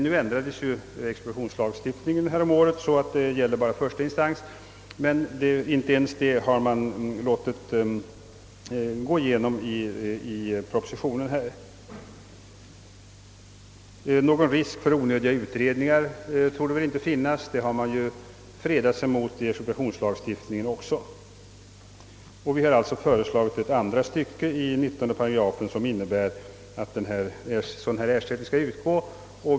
Nu ändrades expropriationslagstiftningen häromåret så att detta bara gäller i första instans, men inte ens det har man låtit gå igenom i propositionen. Någon risk för onödiga utredningar torde inte finnas — det har man fredat sig mot också i expropriationslagstiftningen. Vi har alltså föreslagit ett andra stycke i 19 §, innebärande att dylik ersättning skall utgå.